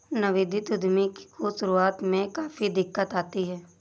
नवोदित उद्यमी को शुरुआत में काफी दिक्कत आती है